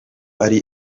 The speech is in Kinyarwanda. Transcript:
ari